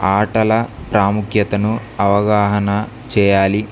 ఆటల ప్రాముఖ్యతను అవగాహన చేయాలి